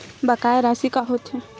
बकाया राशि का होथे?